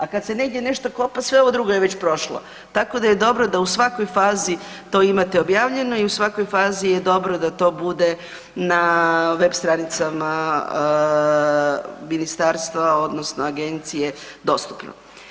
A kad se negdje nešto kopa sve ovo drugo je već prošlo, tako da je dobro da u svakoj fazi to imate objavljeno i u svakoj fazi je dobro da to bude na web stranicama Ministarstva, odnosno Agencije dostupno.